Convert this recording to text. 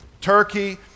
Turkey